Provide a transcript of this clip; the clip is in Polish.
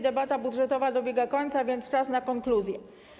Debata budżetowa dobiega końca, a więc czas na konkluzje.